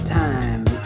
time